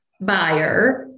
buyer